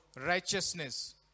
righteousness